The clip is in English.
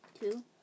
Two